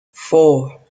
four